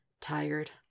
tired